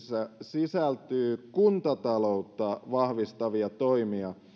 sisältyy kuntataloutta vahvistavia toimia